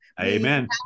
Amen